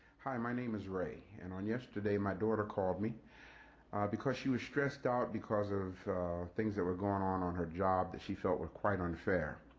hi, my name is ray, and on yesterday my daughter called me because she was stressed out because of things that were going on on her job that she felt was quite unfair.